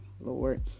Lord